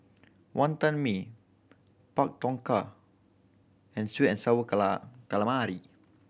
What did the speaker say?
Wantan Mee Pak Thong Ko and sweet and sour calamari